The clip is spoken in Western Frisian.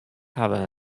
hawwe